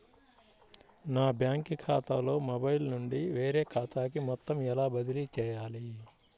నా బ్యాంక్ ఖాతాలో మొబైల్ నుండి వేరే ఖాతాకి మొత్తం ఎలా బదిలీ చేయాలి?